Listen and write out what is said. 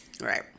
Right